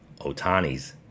Otani's